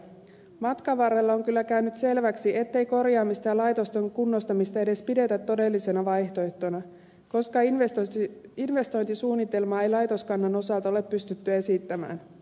matkan varrella on kyllä käynyt selväksi ettei korjaamista ja laitosten kunnostamista edes pidetä todellisena vaihtoehtona koska investointisuunnitelmaa ei laitoskannan osalta ole pystytty esittämään